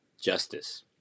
justice